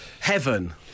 Heaven